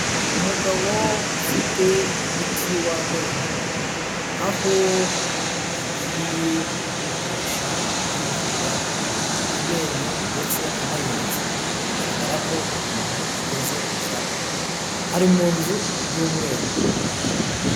Umugabo ufite umuti w'amenyo aho agiye kuwukoresha yivura amenyo ndetse anayoza, bigaragara ko uyu muntu ageze mu zabukuru, ari mu nzu y'umweru.